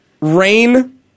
rain